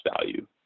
value